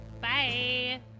Bye